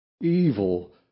Evil